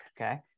Okay